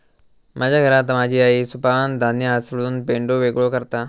माझ्या घरात माझी आई सुपानं धान्य हासडून पेंढो वेगळो करता